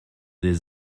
des